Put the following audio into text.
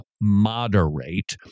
moderate